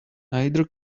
neither